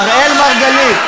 אראל מרגלית,